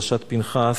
פרשת פנחס,